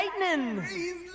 lightning